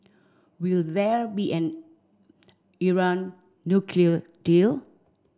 will where be an Iran nuclear deal